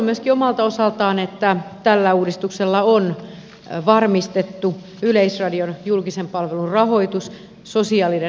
katson myöskin omalta osaltaan että tällä uudistuksella on varmistettu yleisradion julkisen palvelun rahoitus sosiaalinen oikeudenmukaisuus huomioiden